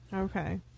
okay